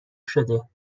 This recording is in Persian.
شده